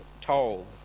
told